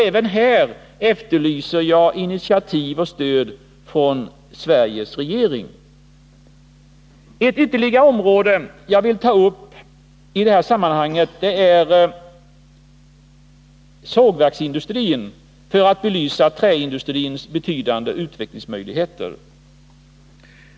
Även här efterlyser jag initiativ och stöd från Sveriges regering. Ett ytterligare område som jag vill ta upp i detta sammanhang är sågverksindustrin — detta för att belysa träindustrins betydande utvecklingsmöjligheter.